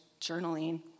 journaling